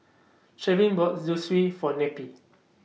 bought Zosui For Neppie